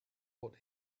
what